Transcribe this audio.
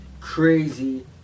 crazy